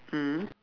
mm